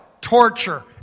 torture